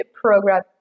program